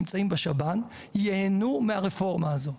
נמצאים בשב"ן ייהנו מהרפורמה הזו.